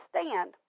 stand